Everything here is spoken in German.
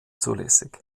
zulässig